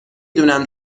دونم